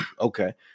okay